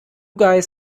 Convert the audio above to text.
guys